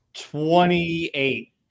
Twenty-eight